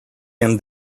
him